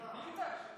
שיתלו את הנעליים.